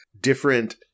different